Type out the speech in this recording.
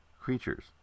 creatures